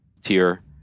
tier